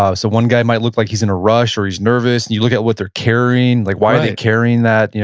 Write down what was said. ah so one guy might look like he's in a rush or he's nervous, and you look at what they're carrying. like why are they carrying that?